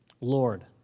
Lord